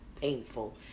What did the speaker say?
painful